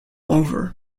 over